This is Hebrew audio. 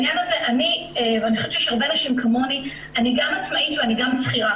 גם עצמאית ואני גם שכירה,